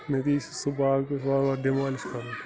نَہ سُہ باغ وارٕ وارٕ ڈِمالِش کَرُن